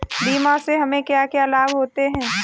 बीमा से हमे क्या क्या लाभ होते हैं?